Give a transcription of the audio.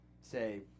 say